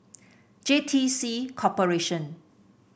J T C Corporation